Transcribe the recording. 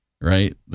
right